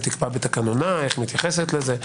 תקבע בתקנונה איך היא מתייחסת לזה,